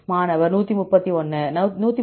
மாணவர் 131